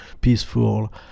peaceful